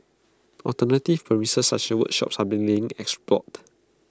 alternative premises such workshops are being explored